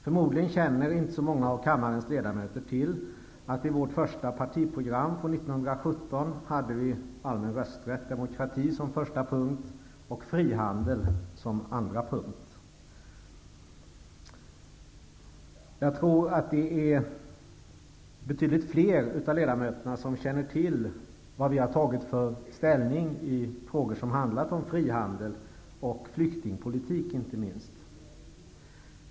Förmodligen känner inte så många av kammarens ledamöter till att vi i vårt första partiprogram från 1917 hade allmän rösträtt och demokrati som första punkt och frihandel som andra punkt. Jag tror att det är betydligt fler av ledamöterna som känner till vilka ställningstaganden som vi har gjort i frågor som har handlat om frihandel och inte minst om flyktingpolitik.